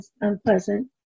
unpleasant